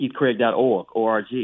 keithcraig.org